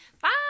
Bye